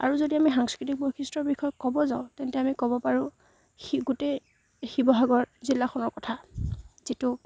আৰু যদি আমি সাংস্কৃতিক বৈশিষ্ট্যৰ বিষয়ে ক'ব যাওঁ তেন্তে আমি ক'ব পাৰোঁ শি গোটেই শিৱসাগৰ জিলাখনৰ কথা যিটো